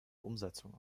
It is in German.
umsetzung